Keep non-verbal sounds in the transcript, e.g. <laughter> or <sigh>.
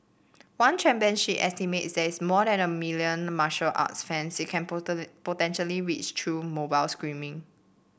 one championship estimates there is more and a billion martial arts fans it can <unintelligible> potentially reach through mobile streaming